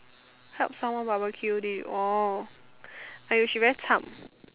help someone barbecued it oh !aiyo! she very cham